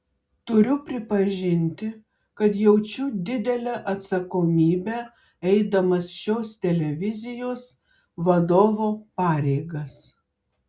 turiu pripažinti kad jaučiu didelę atsakomybę eidamas šios televizijos vadovo pareigas